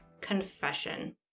confession